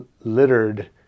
littered